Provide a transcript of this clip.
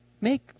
Make